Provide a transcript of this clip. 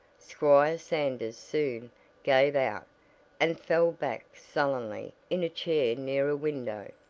squire sanders soon gave out and fell back sullenly in a chair near a window.